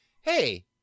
hey